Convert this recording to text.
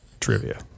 trivia